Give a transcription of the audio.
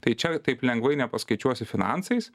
tai čia taip lengvai nepaskaičiuosi finansais